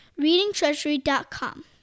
readingtreasury.com